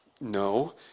no